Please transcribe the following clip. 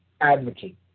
advocate